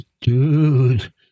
Dude